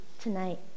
tonight